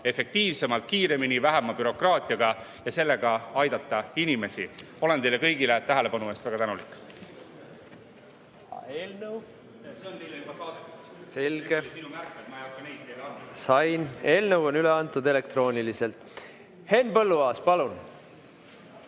efektiivsemalt, kiiremini, vähema bürokraatiaga ja sellega aidata inimesi. Olen teile kõigile tähelepanu eest väga tänulik.